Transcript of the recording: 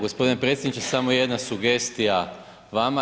Gospodine predsjedniče, samo jedna sugestija vama.